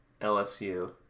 LSU